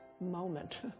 moment